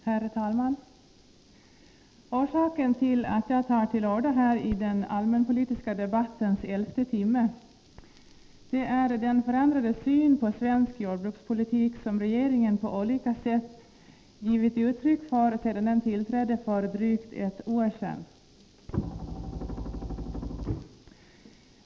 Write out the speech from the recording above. Herr talman! Orsaken till att jag tar till orda i den allmänpolitiska debattens elfte timme är den förändrade syn på svensk jordbrukspolitik som regeringen på olika sätt givit uttryck för sedan den tillträdde för drygt ett år sedan.